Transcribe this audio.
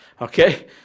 Okay